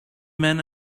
men